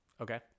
Okay